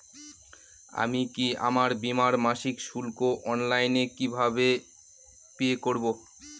আমি কি আমার বীমার মাসিক শুল্ক অনলাইনে কিভাবে পে করব?